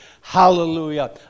Hallelujah